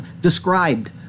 described